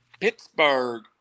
Pittsburgh